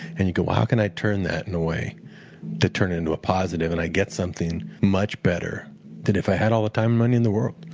and you go how can i turn that in a way to turn it into a positive and i get something much better than if i had all the time money in the world?